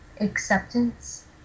acceptance